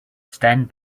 stand